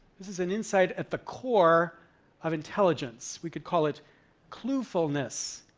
this is an insight at the core of intelligence. we could call it cluefulness.